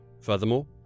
Furthermore